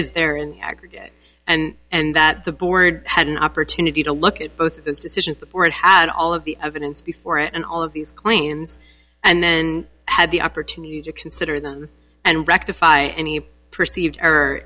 aggregate and and that the board had an opportunity to look at both of those decisions the board had all of the evidence before and all of these planes and then had the opportunity to consider them and rectify any perceived